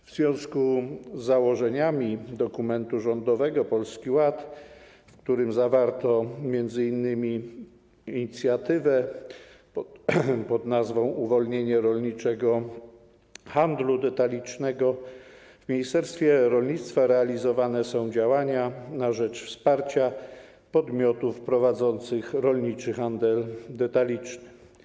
W związku z założeniami dokumentu rządowego Polski Ład, w którym zawarto m.in. inicjatywę pod nazwą: Uwolnienie rolniczego handlu detalicznego, w ministerstwie rolnictwa realizowane są działania na rzecz wsparcia podmiotów prowadzących rolniczy handel detaliczny.